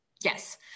yes